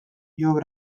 jew